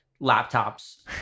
laptops